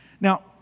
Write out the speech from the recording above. Now